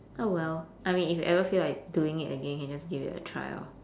oh well I mean if you ever feel like doing it again you can just give it a try lor